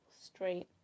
straight